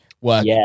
work